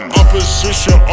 opposition